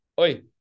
Oi